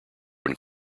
when